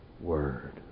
word